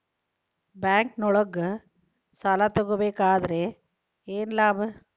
ಬ್ಯಾಂಕ್ನೊಳಗ್ ಸಾಲ ತಗೊಬೇಕಾದ್ರೆ ಏನ್ ಲಾಭ?